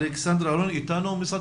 אלכסנדרה ארונין איתנו, משרד